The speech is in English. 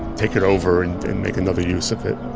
take it over and and make another use of it.